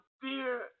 fear